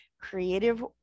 Creative